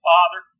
Father